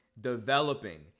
developing